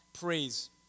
praise